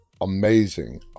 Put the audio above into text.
amazing